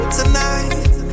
tonight